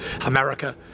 America